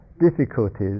difficulties